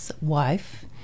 wife